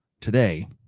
Today